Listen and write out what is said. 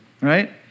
right